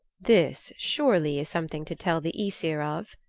this surely is something to tell the aesir of,